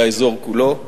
לאזור כולו,